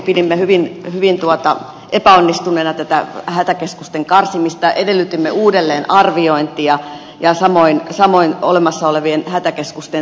pidimme hyvin epäonnistuneena tätä hätäkeskusten karsimista edellytimme uudelleenarviointia ja samoin olemassa olevien hätäkeskusten säilyttämistä